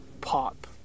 pop